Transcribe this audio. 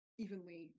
Evenly